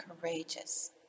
courageous